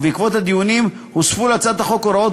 ובעקבות הדיונים הוספו להצעת החוק הוראות